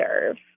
serve